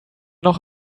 noch